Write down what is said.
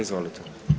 Izvolite.